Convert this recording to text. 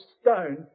stone